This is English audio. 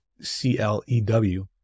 C-L-E-W